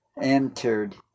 entered